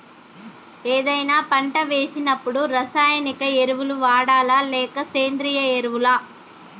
ఏదైనా పంట వేసినప్పుడు రసాయనిక ఎరువులు వాడాలా? లేక సేంద్రీయ ఎరవులా?